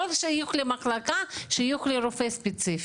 לא שיוך למחלקה אלא שיוך לרופא ספציפי.